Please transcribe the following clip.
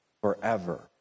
forever